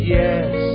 yes